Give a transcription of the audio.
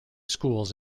schools